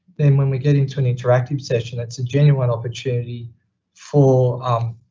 then when we get into an interactive session that's a genuine opportunity for, um,